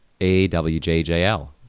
A-W-J-J-L